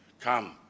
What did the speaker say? Come